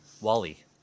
Wally